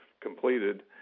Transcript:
completed